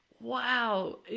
Wow